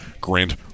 grant